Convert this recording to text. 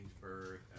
Bird